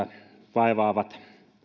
vaivaavat